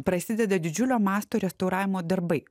prasideda didžiulio masto restauravimo darbai